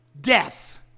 death